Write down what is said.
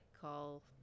call